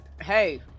hey